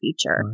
future